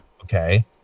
Okay